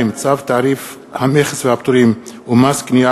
2. צו תעריף המכס והפטורים ומס קנייה